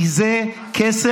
כי זה כסף,